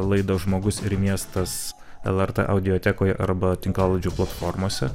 laidą žmogus ir miestas lrt audiotekoje arba tinklalaidžių platformose